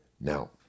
now